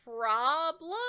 problem